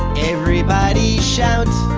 everybody shout.